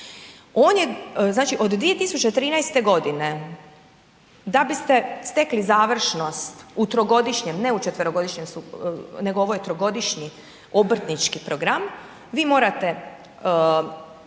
od 2013. g. da biste stekli završnost u trogodišnjem, ne u četverogodišnjem, nego ovo je trogodišnji obrtnički program, vi morate